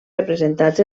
representats